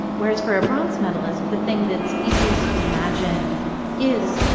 whereas, for a bronze medalist, the thing that's easiest to imagine is,